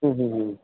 ہوں ہوں ہوں